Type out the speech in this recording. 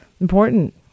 important